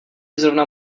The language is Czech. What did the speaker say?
zrovna